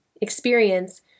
experience